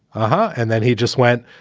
but and then he just went.